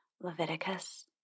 Leviticus